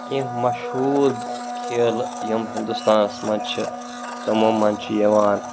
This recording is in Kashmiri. کیٚنٛہہ مشہوٗر کھیلہٕ یِم ہنٛدوستانَس منٛز چھِ تِمو منٛز چھِ یِوان